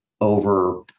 over